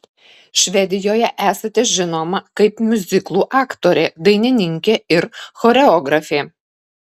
švedijoje esate žinoma kaip miuziklų aktorė dainininkė ir choreografė